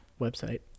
website